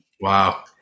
Wow